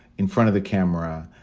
in front of the camera,